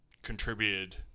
contributed